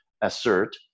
assert